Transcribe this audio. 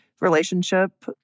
relationship